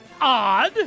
odd